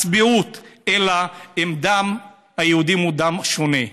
הצביעות אלא אם כן דם היהודים הוא דם שונה,